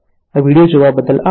આ વિડીયો જોવા બદલ આભાર